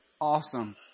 awesome